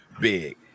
big